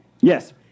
Yes